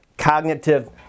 Cognitive